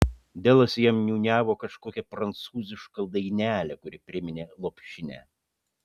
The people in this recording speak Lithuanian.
delas jam niūniavo kažkokią prancūzišką dainelę kuri priminė lopšinę